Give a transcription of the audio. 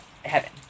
heaven